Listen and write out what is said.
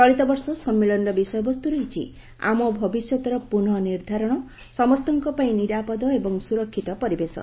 ଚଳିତବର୍ଷ ସମ୍ମିଳନୀର ବିଷୟବସ୍ତୁ ରହିଛି ' ଆମ ଭବିଷ୍ୟତର ପୁନଃନିର୍ଦ୍ଧାରଣ ସମସ୍ତଙ୍କ ପାଇଁ ନିରାପଦ ଏବଂ ସୁରକ୍ଷିତ ପରିବେଶ'